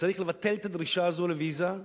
וצריך לבטל את הדרישה הזאת לוויזה.